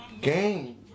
Game